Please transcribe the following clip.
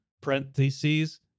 parentheses